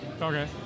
Okay